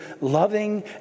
loving